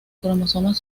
cromosomas